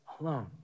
alone